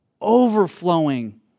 overflowing